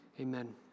Amen